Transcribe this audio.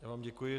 Já vám děkuji.